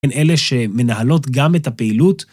אלה שמנהלות גם את הפעילות.